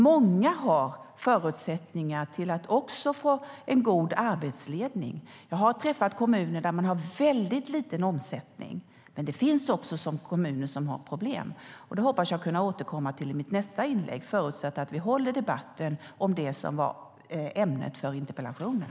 Många har förutsättningar att också få en god arbetsledning. Jag har träffat kommuner där man har en väldigt liten omsättning, men det finns också kommuner som har problem. Det hoppas jag kunna återkomma till i mitt nästa inlägg, förutsatt att vi håller debatten om det som var ämnet för interpellationen.